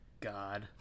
God